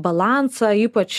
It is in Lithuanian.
balansą ypač